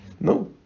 no